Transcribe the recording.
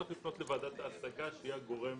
צריך לפנות לוועדת ההשגה שהיא הגורם